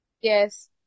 Yes